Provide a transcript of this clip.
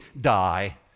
die